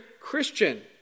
Christian